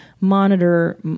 monitor